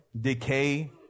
decay